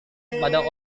kepada